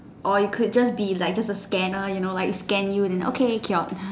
or you could just be like just a scanner you know like it scan you like okay cured